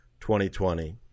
2020